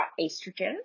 estrogen